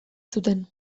zuten